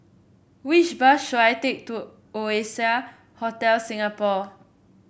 which bus should I take to Oasia Hotel Singapore